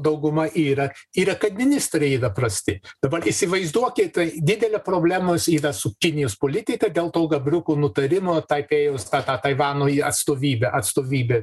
dauguma yra yra kad ministrai yra prasti dabar įsivaizduokit didelė problemos yra su kinijos politika dėl to gabriuko nutarimo taipėjaus tą tą taivano atstovybę atstovybę